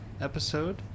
episode